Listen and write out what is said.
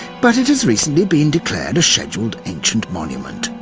but it has recently been declared a scheduled ancient monument.